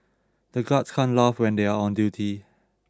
the guards can't laugh when they are on duty